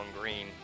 green